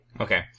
Okay